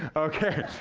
okay,